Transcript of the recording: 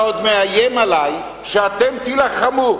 אתה עוד מאיים עלי שאתם תילחמו.